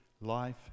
life